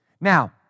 Now